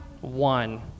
One